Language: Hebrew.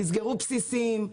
תסגרו בסיסים,